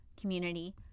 community